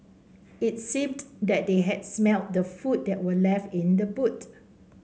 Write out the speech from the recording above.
it seemed that they had smelt the food that were left in the boot